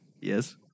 Yes